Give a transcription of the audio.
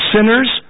Sinners